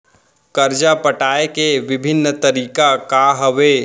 करजा पटाए के विभिन्न तरीका का हवे?